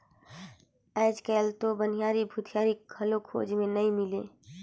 आयज कायल तो बनिहार, भूथियार घलो खोज मे नइ मिलें